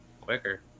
quicker